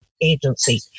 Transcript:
agency